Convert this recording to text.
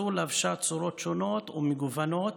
ההתנגדות הזו לבשה צורות שונות ומגוונות,